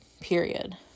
period